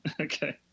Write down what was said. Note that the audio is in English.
Okay